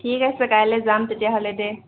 ঠিক আছে কাইলে যাম তেতিয়াহ'লে দে